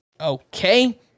Okay